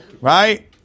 right